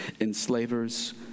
enslavers